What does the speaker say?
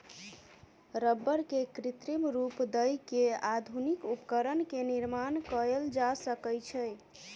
रबड़ के कृत्रिम रूप दय के आधुनिक उपकरण के निर्माण कयल जा सकै छै